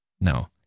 No